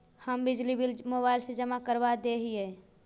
हम बिजली bill mobile से जमा करवा देहियै?